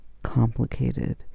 complicated